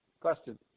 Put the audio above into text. Question